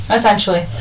Essentially